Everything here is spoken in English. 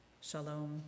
Shalom